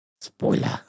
Spoiler